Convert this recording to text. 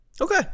Okay